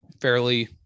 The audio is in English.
fairly